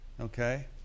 okay